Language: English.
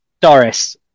Doris